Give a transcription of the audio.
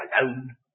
alone